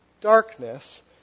darkness